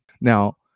Now